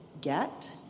get